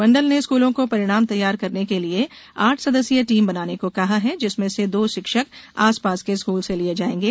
मण्डल ने स्कूलों को परिणाम तैयार करने के लिए आठ सदस्यीय टीम बनाने को कहा है जिसमें दो शिक्षक आसपास के स्कूल से लिए जायेंगे